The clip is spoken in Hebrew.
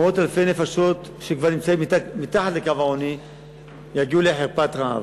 מאות אלפי נפשות שכבר נמצאות מתחת לקו העוני יגיעו לחרפת רעב.